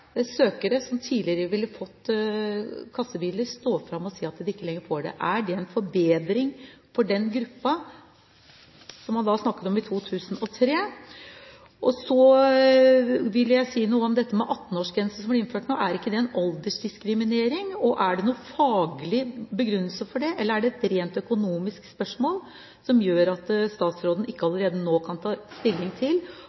søkere som tidligere ville fått kassebiler, stå fram og si at de ikke lenger får det. Er det en forbedring for den gruppen som man snakket om i 2003? Så vil jeg si noe om dette med 18-årsgrense som nå blir innført. Er ikke det en aldersdiskriminering? Er det noen faglig begrunnelse for det, eller er det et rent økonomisk spørsmål som gjør at statsråden ikke